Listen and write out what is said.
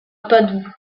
padoue